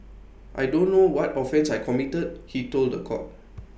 I don't know what offence I committed he told The Court